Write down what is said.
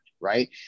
Right